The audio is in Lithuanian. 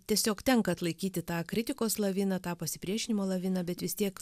tiesiog tenka atlaikyti tą kritikos laviną tą pasipriešinimo laviną bet vis tiek